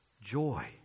Joy